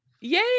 Yay